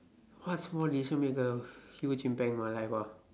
what small decision make a huge impact in my life ah